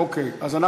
כן.